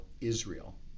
Israel